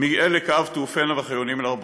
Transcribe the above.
"מי אלה כעב תעופינה וכיונים אל ארֻבֹתיהם".